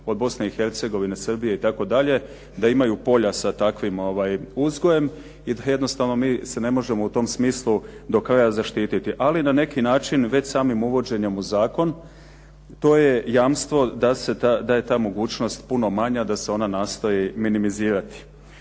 od Bosne i Hercegovine, Srbije itd. da imaju polja sa takvim uzgojem i da jednostavno mi se ne možemo u tom smislu do kraja zaštititi. Ali na neki način već samim uvođenjem u zakon to je jamstvo da je ta mogućnost puno manja, da se ona nastoji minimizirati.